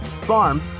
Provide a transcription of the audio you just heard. farm